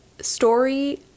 story